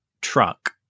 truck